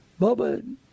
Bubba